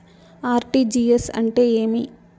RTGS అంటే ఏమి